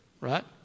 right